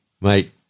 Mate